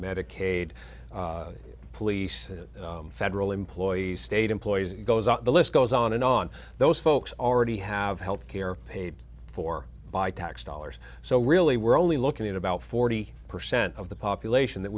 medicaid police federal employees state employees it goes up the list goes on and on those folks already have health care paid for by tax dollars so really we're only looking at about forty percent of the population that